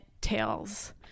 tales